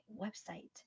website